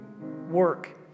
work